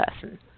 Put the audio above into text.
person